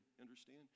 understand